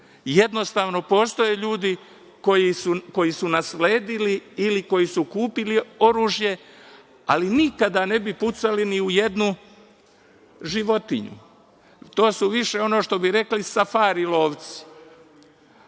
Jednostavno, postoje ljudi koji su nasledili ili koji su kupili oružje, ali nikada ne bi pucali ni u jednu životinju. To su više, ono što bi rekli, safari lovci.